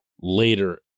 later